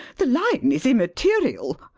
the line is immaterial.